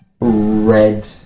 red